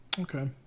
Okay